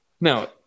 now